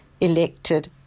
elected